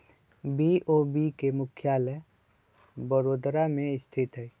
BOB के मुख्यालय बड़ोदरा में स्थित हइ